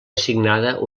assignada